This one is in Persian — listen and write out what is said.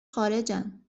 خارجن